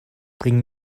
bring